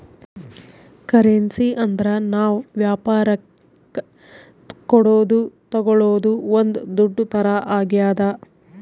currency ಅಂದ್ರ ನಾವ್ ವ್ಯಾಪರಕ್ ಕೊಡೋದು ತಾಗೊಳೋದು ಒಂದ್ ದುಡ್ಡು ತರ ಆಗ್ಯಾದ